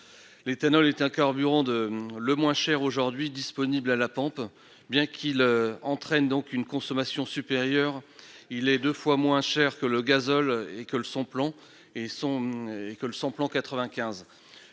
actuellement le carburant le moins cher disponible à la pompe. Bien qu'il entraîne une consommation supérieure, il est deux fois moins cher que le gazole, le sans plomb 95